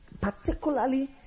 particularly